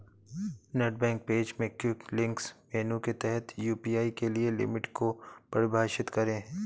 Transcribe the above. net bank page में quick links menu के तहत यू.पी.आई के लिए लिमिट को परिभाषित करें